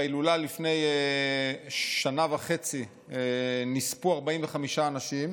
בהילולה לפני שנה וחצי נספו 45 אנשים